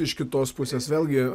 iš kitos pusės vėlgi